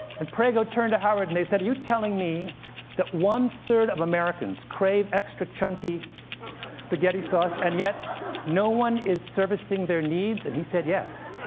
and prego turned to howard, and they said, you're telling me that one third of americans crave extra-chunky spaghetti sauce and yet no one is servicing their needs? and he said yes!